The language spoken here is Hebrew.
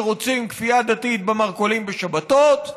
שרוצים כפייה דתית במרכולים בשבתות.